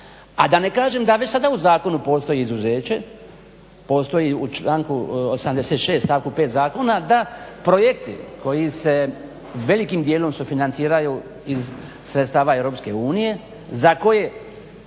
A da ne kažem da već sada u zakonu postoji izuzeće, postoji u članku 86. stavku 5. Zakona da projekti koji se velikim dijelom sufinanciraju iz sredstava EU za koje